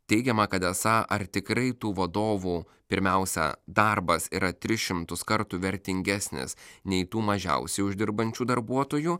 teigiama kad esą ar tikrai tų vadovų pirmiausia darbas yra tris šimtus kartų vertingesnis nei tų mažiausiai uždirbančių darbuotojų